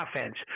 offense